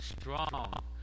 strong